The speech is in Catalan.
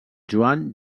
joan